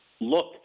look